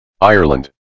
Ireland